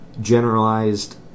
generalized